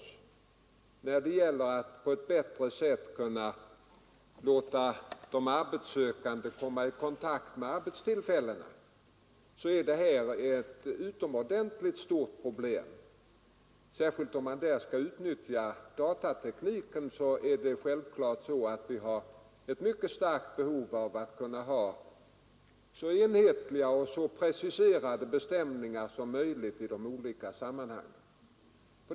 När det gäller att på ett bättre sätt låta de arbetssökande komma i kontakt med arbetstillfällena har vi också ett mycket starkt behov av så enhetliga och preciserade bestämningar som möjligt, om datatekniken skall kunna utnyttjas.